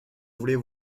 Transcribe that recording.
voulais